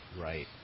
Right